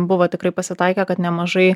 buvo tikrai pasitaikę kad nemažai